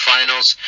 Finals